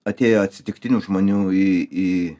atėjo atsitiktinių žmonių į į